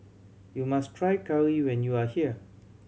you must try curry when you are here